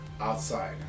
outside